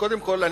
קודם כול,